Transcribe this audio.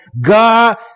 God